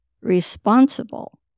responsible